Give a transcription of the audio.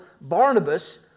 Barnabas